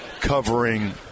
covering